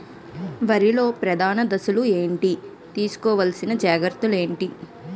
వరిలో ప్రధాన దశలు ఏంటి? తీసుకోవాల్సిన జాగ్రత్తలు ఏంటి?